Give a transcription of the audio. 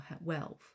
wealth